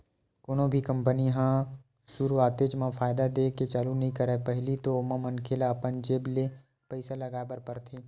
कोनो भी कंपनी ह सुरुवातेच म फायदा देय के चालू नइ करय पहिली तो ओमा मनखे ल अपन जेब ले पइसा लगाय बर परथे